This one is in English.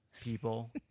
people